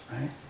right